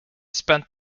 spent